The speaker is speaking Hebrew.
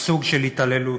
סוג של התעללות,